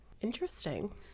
Interesting